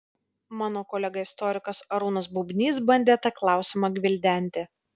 mano kolega istorikas arūnas bubnys bandė tą klausimą gvildenti